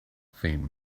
faint